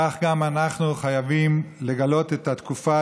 כך גם אנחנו חייבים לגלות את התקופה,